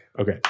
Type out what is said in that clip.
Okay